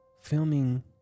filming